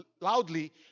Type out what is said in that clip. loudly